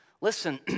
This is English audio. Listen